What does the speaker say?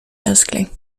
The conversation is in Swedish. älskling